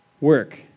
work